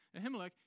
Ahimelech